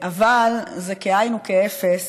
אבל זה כאין וכאפס